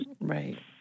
Right